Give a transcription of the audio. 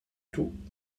tout